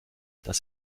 das